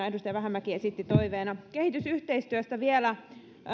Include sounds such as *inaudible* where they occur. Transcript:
*unintelligible* edustaja vähämäki täällä esitti toiveena kehitysyhteistyöstä vielä